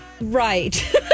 Right